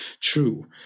true